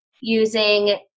using